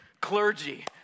clergy